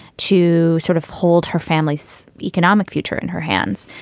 to sort of hold her family's economic future in her hands.